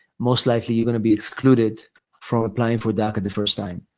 most likely you're going to be excluded from applying for daca the first time.